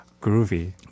groovy